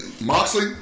Moxley